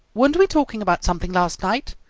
weren't we talking about something last night?